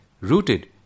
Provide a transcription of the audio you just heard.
rooted